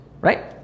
right